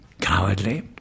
cowardly